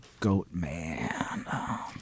Goatman